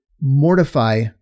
mortify